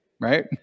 right